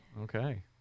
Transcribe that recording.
Okay